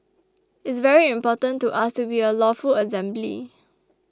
it's very important to us to be a lawful assembly